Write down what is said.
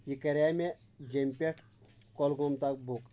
یہِ کَراے مےٚ جیٚمہٕ پٮ۪ٹھ کۅلگوم تام بُک